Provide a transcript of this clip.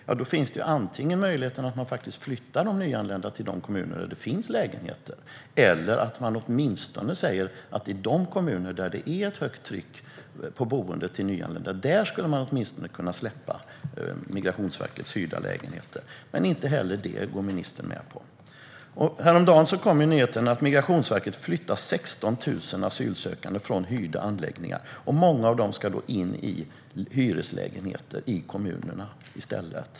Men då finns antingen möjligheten att flytta de nyanlända till de kommuner där det finns lägenheter eller att åtminstone släppa de av Migrationsverket hyrda lägenheterna i de kommuner där det är ett högt tryck på boende till nyanlända. Inte heller detta går ministern med på. Häromdagen kom nyheten att Migrationsverket flyttar 16 000 asylsökande från hyrda anläggningar. Många av dem ska då i stället in i hyreslägenheter i kommunerna.